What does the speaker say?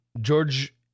George